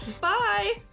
Bye